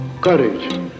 courage